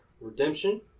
Redemption